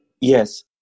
Yes